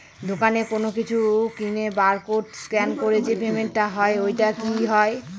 দোকানে কোনো কিছু কিনে বার কোড স্ক্যান করে যে পেমেন্ট টা হয় ওইটাও কি হয়?